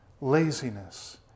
laziness